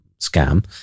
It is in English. scam